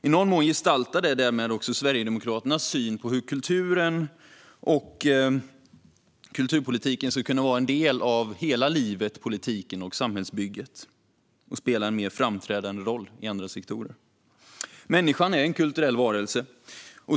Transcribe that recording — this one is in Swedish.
I någon mån gestaltar detta också Sverigedemokraternas syn på hur kulturen och kulturpolitiken ska kunna vara en del i hela livet, politiken och samhällsbygget och spela en mer framträdande roll. Människan är en kulturell varelse.